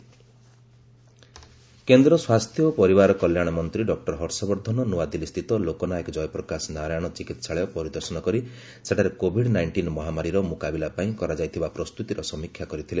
health minister କେନ୍ଦ୍ର ସ୍ୱାସ୍ଥ୍ୟ ଓ ପରିବାର କଲ୍ୟାଣ ମନ୍ତ୍ରୀ ଡକ୍କର ହର୍ଷବର୍ଦ୍ଧନ ନୂଆଦିଲ୍ଲୀ ସ୍ଥିତ ଲୋକନାୟକ ଜୟପ୍ରକାଶ ନାରାୟଣ ଚିକିତ୍ସାଳୟ ପରିଦର୍ଶନ କରି ସେଠାରେ କୋଭିଡ୍ ନାଇଷ୍ଟିନ୍ ମହାମାରୀର ମୁକାବିଲା ପାଇଁ କରାଯାଇଥିବା ପ୍ରସ୍ତୁତିର ସମୀକ୍ଷା କରିଥିଲେ